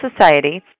Society